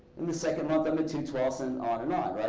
and the second month i'm at two twelve ths and on and on.